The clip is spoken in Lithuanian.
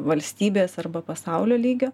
valstybės arba pasaulio lygio